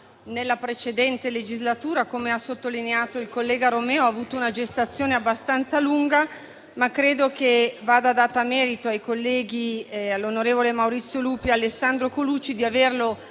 nella precedente legislatura e, come ha sottolineato il collega Romeo, ha avuto una gestazione abbastanza lunga. Credo però che vada dato merito ai colleghi, onorevoli Lupi e Alessandro Colucci di averlo